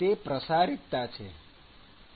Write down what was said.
તે પ્રસારીતતા છે